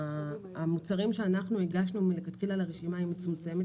רשימת המוצרים שאנחנו הגשנו מלכתחילה לרשימה היא מצומצמת